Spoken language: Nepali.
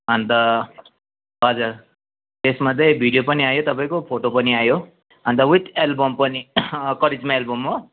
अन्त हजुर यसमा चाहिँ भिडियो पनि आयो तपाईँको फोटो पनि आयो अन्त वित एल्बम पनि करिस्मा एल्बम हो